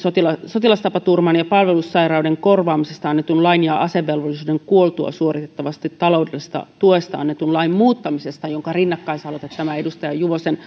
sotilastapaturman ja palvelussairauden korvaamisesta annetun lain ja asevelvollisen kuoltua suoritettavasta taloudellisesta tuesta annetun lain muuttamisesta jonka rinnakkaisaloite tämä edustaja juvosen